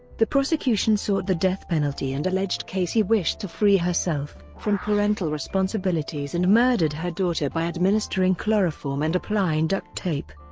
the prosecution sought the death penalty and alleged casey wished to free herself from parental responsibilities and murdered her daughter by administering chloroform and applying duct tape.